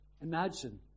imagine